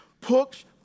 push